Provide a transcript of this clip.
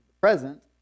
present